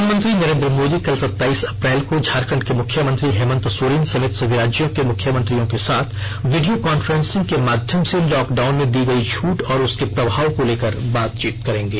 प्रधानमंत्री नरेंद्र मोदी कल सताईस अप्रैल को झारखंड के मुख्यमंत्री हेमंत सोरेन समेत सभी राज्यों के मुख्यमंत्रियों के साथ वीडियो कॉन्फ्रेंसिंग के माध्यम से लॉकडाउन में दी गई छूट और उसके प्रभाव को लेकर बातचीत करेंगे